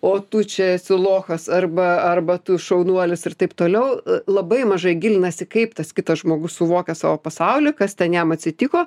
o tu čia esi lochas arba arba tu šaunuolis ir taip toliau labai mažai gilinasi kaip tas kitas žmogus suvokia savo pasaulį kas ten jam atsitiko